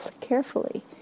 carefully